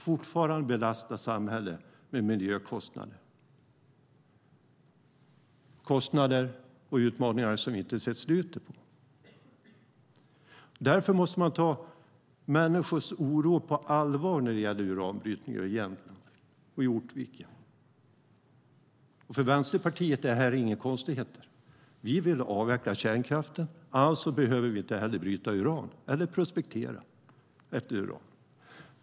Det belastar fortfarande samhället med miljökostnader. Det är kostnader och utmaningar som vi inte ser slutet på. Därför måste man ta människors oro på allvar när det gäller uranbrytning i Jämtland och i Oviken. För Vänsterpartiet är inte detta några konstigheter. Vi vill avveckla kärnkraften. Alltså behöver vi inte heller bryta uran eller prospektera efter uran.